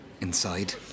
inside